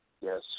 Yes